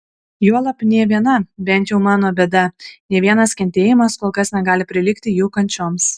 juolab nė viena bent jau mano bėda nė vienas kentėjimas kol kas negali prilygti jų kančioms